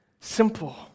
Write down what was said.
Simple